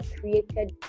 created